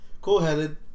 Cool-headed